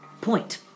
point